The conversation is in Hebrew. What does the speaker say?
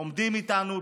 עומדים איתנו,